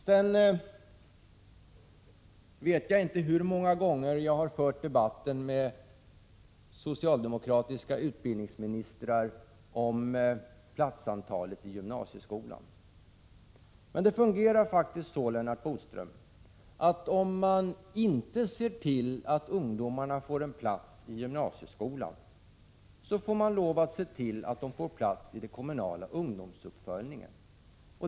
Jag vet vidare inte hur många gånger jag har fört debatten om platsantalet i gymnasieskolan med socialdemokratiska utbildningsministrar. Det fungerar faktiskt så, Lennart Bodström, att om man inte ser till att ungdomarna får en plats i gymnasieskolan så får man lov att se till att de får plats i den kommunala ungdomsuppföljningen.